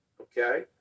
okay